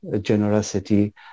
generosity